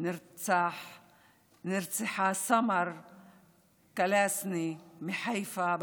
נרצחה סמר קלאסני מחיפה,